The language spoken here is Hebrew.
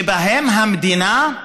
שבהם המדינה,